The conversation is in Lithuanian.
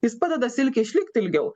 jis padeda silkei išlikt ilgiau